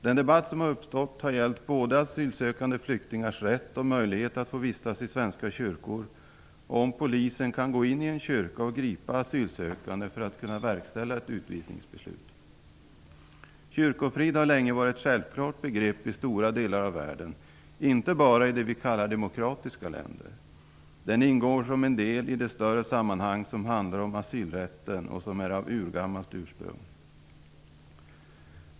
Den debatt som uppstått har gällt både asylsökande flyktingars rätt och möjlighet att få vistas i svenska kyrkor och om polisen kan gå in i en kyrka och gripa asylsökande för att kunna verkställa ett utvisningsbeslut. Kyrkofrid har länge varit ett självklart begrepp i stora delar av världen, inte bara i det vi kallar demokratiska länder. Den ingår som en del i det större sammanhang som handlar om asylrätten och som är av urgammalt ursprung.